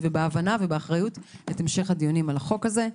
בהבנה ובאחריות את המשך הדיונים על החוק הזה.